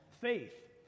faith